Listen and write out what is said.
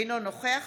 אינו נוכח